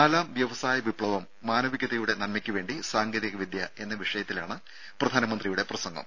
നാലാം വ്യവസായ വിപ്സവം മാനവികതയുടെ നന്മക്കുവേണ്ടി സാങ്കേതിക വിദ്യ എന്ന വിഷയത്തിലാണ് പ്രധാനമന്ത്രിയുടെ പ്രസംഗം